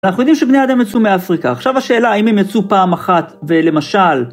אנחנו יודעים שבני אדם יצאו מאפריקה, עכשיו השאלה האם הם יצאו פעם אחת ולמשל